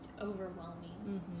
overwhelming